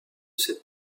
cette